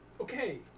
Okay